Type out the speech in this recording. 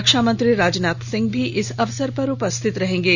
रक्षामंत्री राजनाथ सिंह भी इस अवसर पर उपस्थित रहेंगे